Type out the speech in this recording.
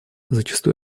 зачастую